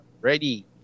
ready